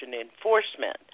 enforcement